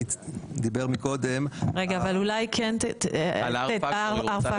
דיבר מקודם- -- רגע אבל אולי קודם על ה-R Factor?